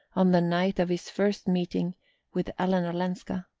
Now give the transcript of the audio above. on the night of his first meeting with ellen olenska.